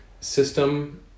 system